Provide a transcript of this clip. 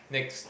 next